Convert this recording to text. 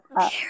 up